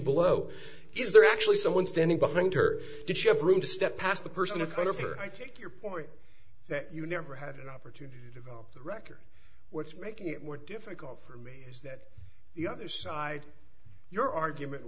below is there actually someone standing behind her did she have room to step past the person of color for i take your point that you never had an opportunity to go to record what's making it more difficult for me is that the other side your argument